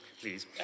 please